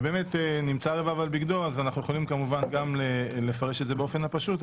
"נמצא רבב על בגדו" אנחנו יכולים כמובן לפרש את זה באופן הפשוט,